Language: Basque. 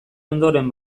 ondoren